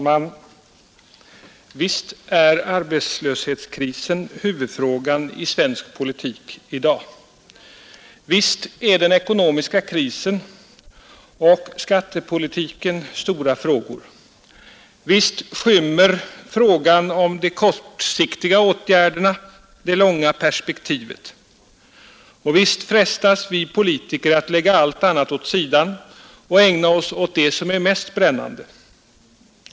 Herr talman! Visst är arbetslöshetskrisen huvudfrågan i svensk politik i dag. Visst är den ekonomiska krisen en stor fråga. Visst är skattepolitiken en stor fråga. Visst skymmer frågan om de kortsiktiga åtgärderna det långa perspektivet. Visst frestas vi politiker att lägga allt annat åt sidan och ägna oss åt det som är mest brännande.